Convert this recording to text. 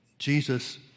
Jesus